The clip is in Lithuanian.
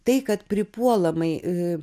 tai kad pripuolamai